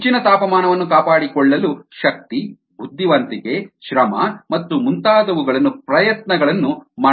ಹೆಚ್ಚಿನ ತಾಪಮಾನವನ್ನು ಕಾಪಾಡಿಕೊಳ್ಳಲು ಶಕ್ತಿ ಬುದ್ದಿವಂತಿಕೆ ಶ್ರಮ ಮತ್ತು ಮುಂತಾದವುಗಳನ್ನು ಪ್ರಯತ್ನಗಳನ್ನು ಮಾಡಬೇಕು